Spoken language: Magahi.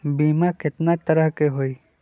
बीमा केतना तरह के होइ?